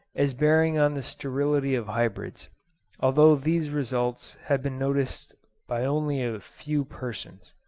as bearing on the sterility of hybrids although these results have been noticed by only a few persons.